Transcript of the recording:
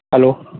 hello